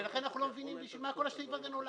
ולכן אנחנו לא מבינים בשביל מה כל הסעיף נולד,